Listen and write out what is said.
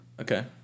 Okay